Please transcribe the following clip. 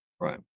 Right